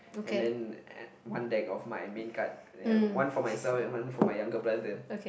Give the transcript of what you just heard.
and then one deck of my main card one for myself and one for my younger brother